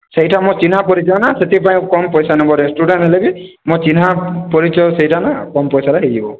ସେଇଠି ଆମ ଚିହ୍ନା ପରିଚୟ ନା ସେଥିପାଇଁ କମ ପଇସା ନେବ ରେସ୍ତୋରାଁ ହେଲେ ବି ମୋ ଚିହ୍ନା ପରିଚୟ ସେଇଟା ନା କମ ପଇସା ରେ ହୋଇଯିବ